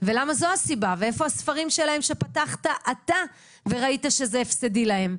למה זו הסיבה ואיפה הספרים שלהם שפתחת אתה וראית שזה הפסדי להם.